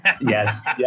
yes